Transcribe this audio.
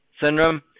syndrome